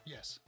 Yes